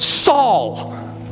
Saul